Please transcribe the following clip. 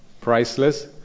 priceless